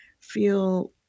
feel